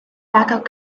backup